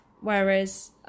Whereas